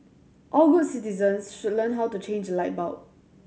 all good citizens should learn how to change a light bulb